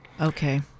Okay